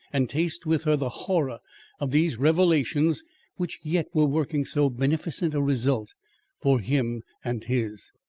and taste with her the horror of these revelations which yet were working so beneficent a result for him and his.